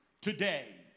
today